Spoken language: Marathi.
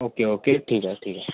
ओके ओके ठीक आहे ठीक आहे